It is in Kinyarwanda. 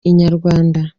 inyarwanda